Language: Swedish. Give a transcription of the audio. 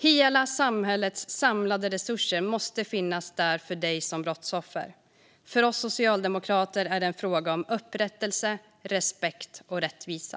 Hela samhällets samlade resurser måste finnas där för dig som brottsoffer. För oss socialdemokrater är det en fråga om upprättelse, respekt och rättvisa.